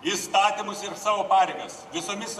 įstatymus ir savo pareigas visomis